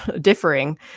differing